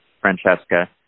Francesca